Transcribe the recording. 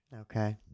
Okay